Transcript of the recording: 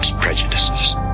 Prejudices